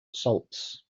salts